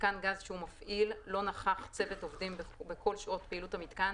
במיתקן גז שהוא מפעיל לא נכח צוות עובדים בכל שעות פעילות המיתקן,